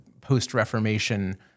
post-Reformation